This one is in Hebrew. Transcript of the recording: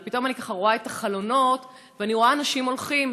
ופתאום אני רואה את החלונות ואני רואה אנשים הולכים,